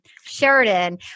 Sheridan